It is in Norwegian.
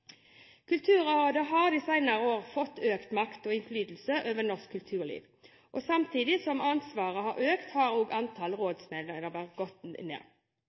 Kulturrådet har de senere årene fått økt makt og innflytelse over norsk kulturliv, og samtidig som ansvaret har økt, har antallet rådsmedlemmer gått ned.